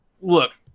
look